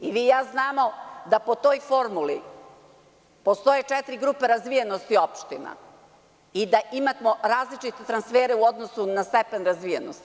I vi i ja znamo da po toj formuli postoje četiri grupe razvijenosti opština, i da imamo različite transfere u odnosu na stepen razvijenosti.